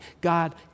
God